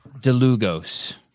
DeLugos